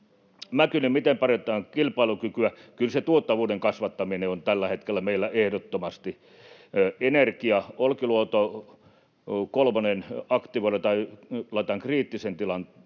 Mäkyselle, miten parannetaan kilpailukykyä: Kyllä se tuottavuuden kasvattaminen on tällä hetkellä meillä ehdottomasti. Energia: Olkiluoto kolmonen aktivoidaan tai laitetaan kriittiseen tilaan